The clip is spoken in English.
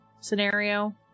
scenario